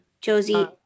Josie